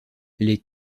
les